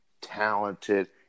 talented